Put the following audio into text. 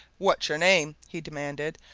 what's your name? he demanded,